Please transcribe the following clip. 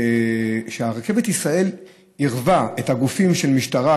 רכבת ישראל עירבה את הגופים של משטרה,